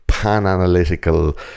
pan-analytical